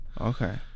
Okay